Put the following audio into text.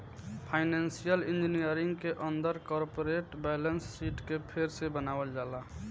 financial engineering के अंदर corporate balance sheet के फेर से बनावल जाला